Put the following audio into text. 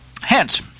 Hence